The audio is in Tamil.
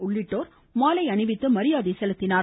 விஜயா உள்ளிட்டோர் மாலை அணிவித்து மரியாதை செலுத்தினார்